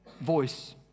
voice